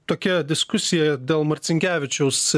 tokia diskusija dėl marcinkevičiaus